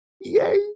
Yay